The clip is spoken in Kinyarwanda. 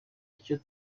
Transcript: icyo